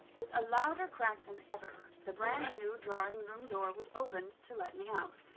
with a louder crack than ever, the brand-new drawing-room door was opened to let me out.